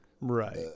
Right